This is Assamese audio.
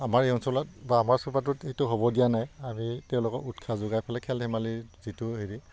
আমাৰ এই অঞ্চলত বা আমাৰ চোপাটোত এইটো হ'ব দিয়া নাই আমি তেওঁলোকক উৎসাহ যোগাই ফালে খেল ধেমালিৰ যিটো হেৰি